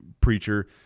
preacher